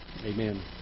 amen